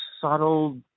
subtle